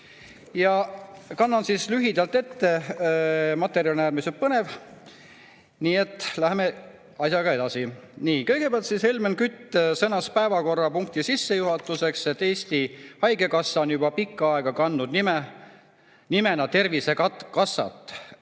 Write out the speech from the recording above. Ja kannan selle lühidalt ette. Materjal on äärmiselt põnev. Nii et läheme asjaga edasi. Kõigepealt Helmen Kütt sõnas päevakorrapunkti sissejuhatuseks, et Eesti Haigekassa on juba pikka aega kandnud nime Tervisekassa,